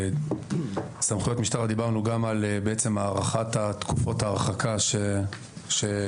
בסמכויות המשטרה דיברנו גם על הארכת תקופות ההרחקה שקצין